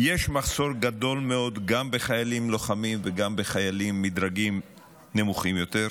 יש מחסור גדול מאוד גם בחיילים לוחמים וגם בחיילים מדרגים נמוכים יותר.